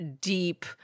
deep